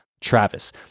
Travis